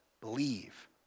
Believe